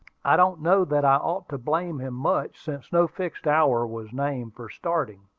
i don't know that i ought to blame him much, since no fixed hour was named for starting.